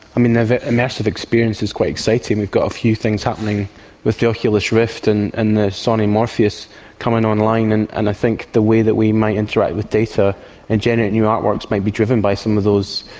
i mean, the mass of experience is quite exciting. we've got a few things happening with the oculus rift and and sony morpheus coming online, and and i think the way that we might interact with data and generate new artworks might be driven by some of those,